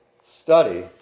study